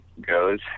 goes